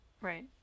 right